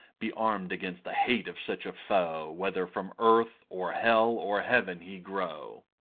be arm'd against the hate of such a foe, whether from earth, or hell, or heaven he grow.